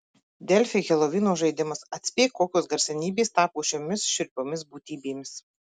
delfi helovino žaidimas atspėk kokios garsenybės tapo šiomis šiurpiomis būtybėmis